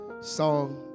song